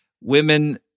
women